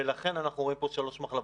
ולכן אנחנו רואים פה שלוש מחלבות.